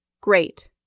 Great